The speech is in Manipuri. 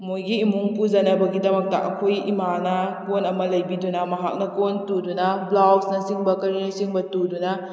ꯃꯣꯏꯒꯤ ꯏꯃꯨꯡ ꯄꯨꯖꯅꯕꯒꯤꯗꯃꯛꯇ ꯑꯩꯈꯣꯏ ꯏꯃꯥꯅ ꯀꯣꯟ ꯑꯃ ꯂꯩꯕꯤꯗꯨꯅ ꯃꯍꯥꯛꯅ ꯀꯣꯟ ꯇꯨꯗꯨꯅ ꯕ꯭ꯂꯥꯖꯅꯆꯤꯡꯕ ꯀꯔꯤꯅꯆꯤꯡꯕ ꯇꯨꯗꯨꯅ